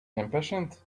impatient